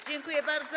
Dziękuję bardzo.